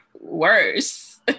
worse